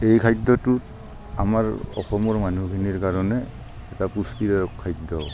এই খাদ্যটো আমাৰ অসমৰ মানুহখিনিৰ কাৰণে এটা পুষ্টিদায়ক খাদ্য